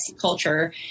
culture